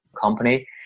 company